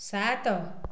ସାତ